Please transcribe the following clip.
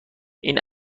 این